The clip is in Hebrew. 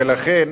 ולכן,